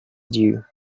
due